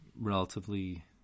relatively